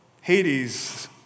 Hades